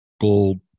Gold